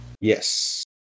Yes